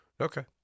okay